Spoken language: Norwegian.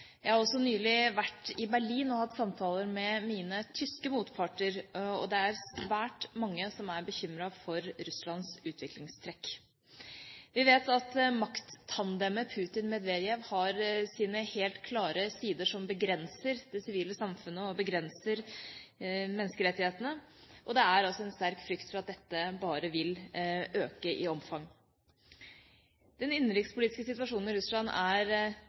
Jeg har også nylig vært i Berlin og hatt samtaler med mine tyske motparter, og det er svært mange som er bekymret for Russlands utviklingstrekk. Vi vet at makttandemet Putin–Medvedev har sine helt klare sider som begrenser det sivile samfunnet og menneskerettighetene. Og det er altså en sterk frykt for at dette bare vil øke i omfang. Den innenrikspolitiske situasjonen i Russland er